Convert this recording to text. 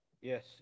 Yes